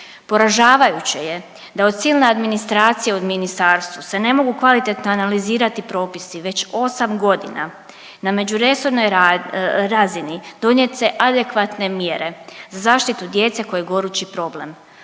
Poražavajuće je da od silne administracije u ministarstvu se ne mogu kvalitetno analizirati propisi već osam godina na međuresornoj razini donijet se adekvatne mjere za zaštitu djece koji je gorući problem.